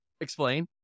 explain